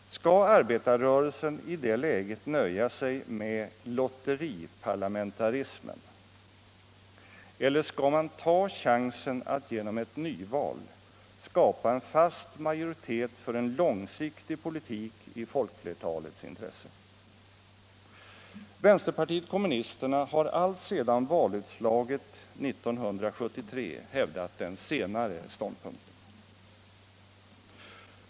Skall arbetarrörelsen i det läget nöja sig med lotteriparlamentarismen, eller skall man ta chansen att genom ett nyval skapa en fast majoritet för en långsiktig politik i folkflertalets intresse? Vänsterpartiet kommunisterna har alltsedan valutslaget 1973 hävdat den senare ståndpunkten.